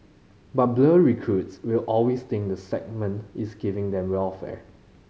but blur recruits will always think the sergeant is giving them welfare